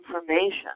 information